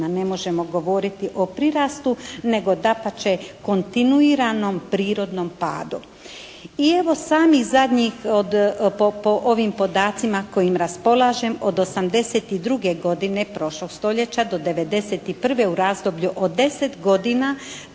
ne možemo govoriti o prirastu nego dapače kontinuiranom prirodnom padu. I evo sami zadnjih po ovim podacima koje raspolažem od '82. godine prošlog stoljeća do '91., u razdoblju od 10 godina